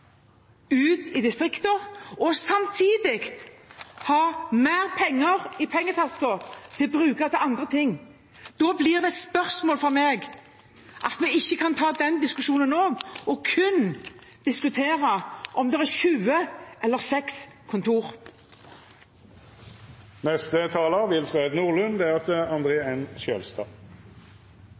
ut i distriktene og samtidig ha mer penger i pengetasken til å bruke til andre ting. Da blir det et spørsmål for meg at vi ikke kan ta den diskusjonen nå, men kun diskutere om det er 20 eller 6 kontor.